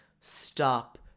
stop